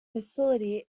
facility